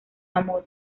amor